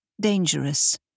dangerous